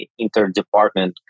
interdepartment